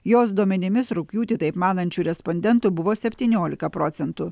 jos duomenimis rugpjūtį taip manančių respondentų buvo septyniolika procentų